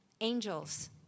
angels